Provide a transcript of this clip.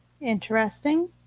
Interesting